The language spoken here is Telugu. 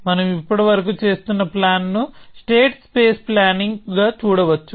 మనం ఇప్పటివరకు చేస్తున్న ప్లాన్ ను స్టేట్ స్పేస్ ప్లానింగ్ గా చూడవచ్చు